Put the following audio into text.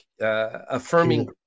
affirming